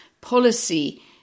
policy